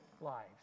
lives